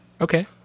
Okay